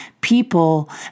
people